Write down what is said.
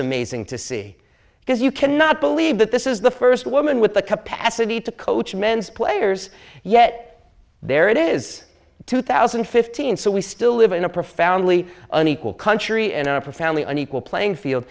amazing to see because you cannot believe that this is the first woman with the capacity to coach men's players yet there it is two thousand and fifteen so we still live in a profoundly unequal country and a profoundly an equal playing field